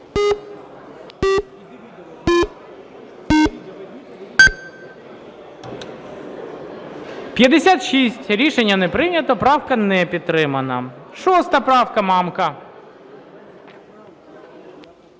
За-56 Рішення не прийнято. Правка не підтримана. 6 правка, Мамка.